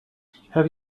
have